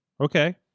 okay